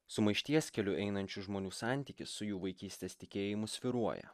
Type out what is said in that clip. sumaišties keliu einančių žmonių santykis su jų vaikystės tikėjimu svyruoja